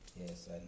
Yes